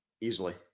easily